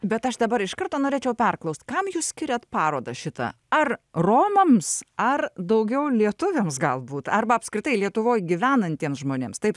bet aš dabar iš karto norėčiau perklaust kam jūs skiriat parodą šitą ar romams ar daugiau lietuviams galbūt arba apskritai lietuvoj gyvenantiems žmonėms taip